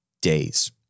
days